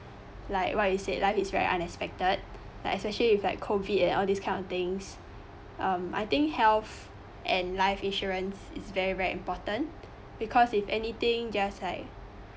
like what you said life is very unexpected like especially if like COVID and these all kind of things um I think health and life insurance is very very important because if anything just like